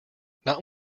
not